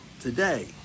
Today